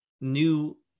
new